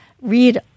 read